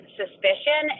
suspicion